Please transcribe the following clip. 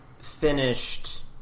finished